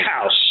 House